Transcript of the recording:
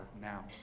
now